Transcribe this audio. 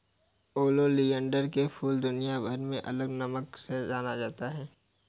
oleander के फूल दुनियाभर में अलग अलग नामों से जाना जाता है